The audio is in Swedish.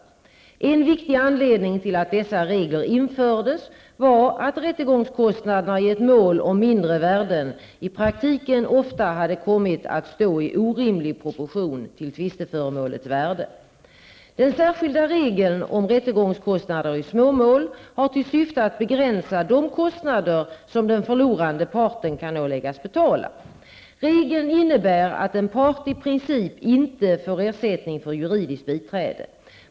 En viktig anledning till att dessa regler infördes var att rättegångskostnaderna i mål om mindre värden i praktiken ofta hade kommit att stå i orimlig proportion till tvisteföremålets värde. Den särskilda regeln om rättegångskostnader i småmål har till syfte att begränsa de kostnader som den förlorande parten kan åläggas betala. Regeln innebär att en part i princip inte får ersättning för juridiskt biträde.